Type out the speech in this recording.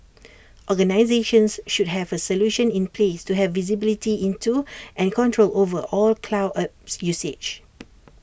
organisations should have A solution in place to have visibility into and control over all cloud apps usage